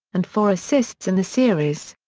and four assists in the series.